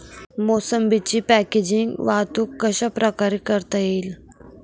मोसंबीची पॅकेजिंग वाहतूक कशाप्रकारे करता येईल?